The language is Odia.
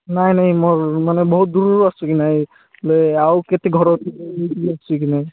ନାଇଁ ନାଇଁ ମୁଁ ଏବେ ମାନେ ବହୁତ ଦୂରରୁ ଆସୁଛି କି ନାଇଁ ବୋଲେ ଆଉ କେତେ ଘର ଅଛି ଦୂରରୁ ଆସୁଛି କି ନାଇଁ